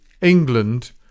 England